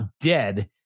dead